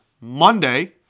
Monday